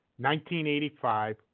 1985